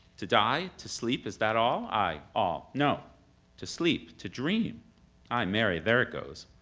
to die, to sleep, is that all? ay, all. no to sleep, to dream ay marry, there it goes,